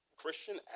Christian